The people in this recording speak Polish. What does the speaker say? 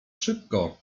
szybko